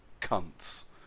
cunts